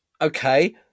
Okay